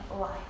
life